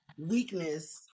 weakness